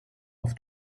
auf